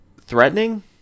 threatening